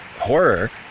horror